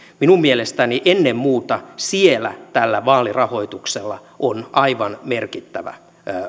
minun mielestäni ennen muuta siellä tällä vaalirahoituksella on aivan merkittävä